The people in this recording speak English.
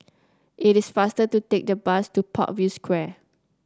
it is faster to take the bus to Parkview Square